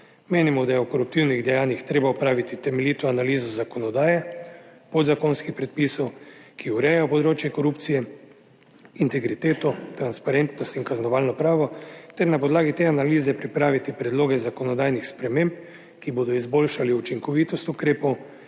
Menimo, da je o koruptivnih dejanjih treba opraviti temeljito analizo zakonodaje, podzakonskih predpisov, ki urejajo področje korupcije, integriteto, transparentnost in kaznovalno pravo ter na podlagi te analize pripraviti predloge zakonodajnih sprememb, ki bodo izboljšali učinkovitost ukrepov,